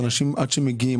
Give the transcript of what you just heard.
אנשים עד שהם מגיעים,